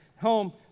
home